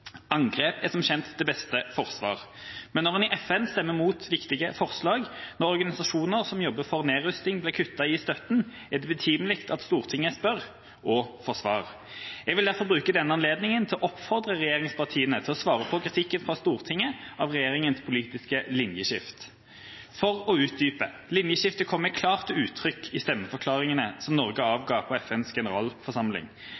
Angrep er som kjent det beste forsvar. Men når en i FN stemmer imot viktige forslag, og når organisasjoner som jobber for nedrustning, får kutt i støtten, er det betimelig at Stortinget spør – og får svar. Jeg vil derfor bruke denne anledningen til å oppfordre regjeringspartiene til å svare på kritikken fra Stortinget av regjeringas politiske linjeskift. For å utdype: Linjeskiftet kommer klart til uttrykk i stemmeforklaringene som Norge avga på FNs generalforsamling.